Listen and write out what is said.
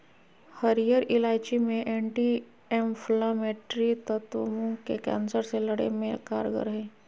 हरीयर इलायची मे एंटी एंफलामेट्री तत्व मुंह के कैंसर से लड़े मे कारगर हई